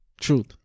Truth